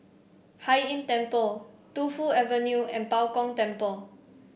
Hai Inn Temple Tu Fu Avenue and Bao Gong Temple